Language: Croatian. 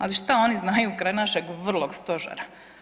Ali šta oni znaju kraj našeg vrlog stožera.